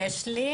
יש לי.